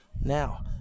Now